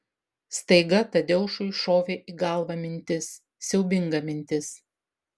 staiga tadeušui šovė į galvą mintis siaubinga mintis